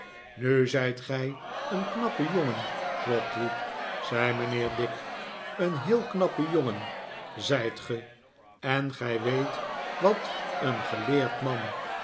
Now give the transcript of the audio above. nu zijt gij een knappe jongen trotwood zei mijnheer dick een heel knappe jongen zijt ge en gij weet wat een geleerd man